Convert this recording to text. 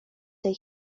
tej